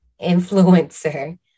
influencer